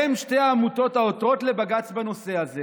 הן שתי העמותות העותרות לבג"ץ בנושא הזה.